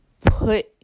put